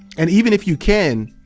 and even if you can